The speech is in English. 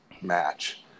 match